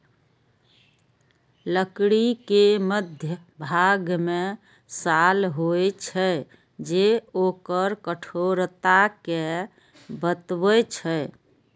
लकड़ी के मध्यभाग मे साल होइ छै, जे ओकर कठोरता कें बतबै छै